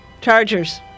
Chargers